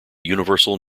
universal